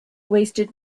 wasted